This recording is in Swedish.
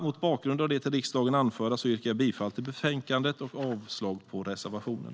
Mot bakgrund av det till riksdagen anförda yrkar jag bifall till förslaget och avslag på reservationerna.